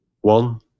one